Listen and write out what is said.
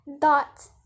dot